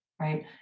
right